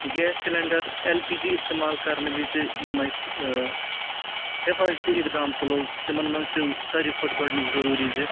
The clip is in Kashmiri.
gas cylinder L P G استعمال کرنہٕ وِزِ یِم اَسہِ حِفٲظتی اِقدام تُلو تِمن منٛز چھُ ساروی کھۄتہٕ گۄڈٕنیُک ضروٗری زِ